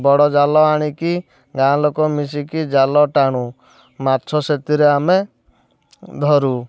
ବଡ଼ ଜାଲ ଆଣିକି ଗାଁ ଲୋକ ମିଶିକି ଜାଲ ଟାଣୁ ମାଛ ଧରୁ ମାଛ ସେଥିରେ ଆମେ ଧରୁ